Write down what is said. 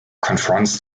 confronts